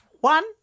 one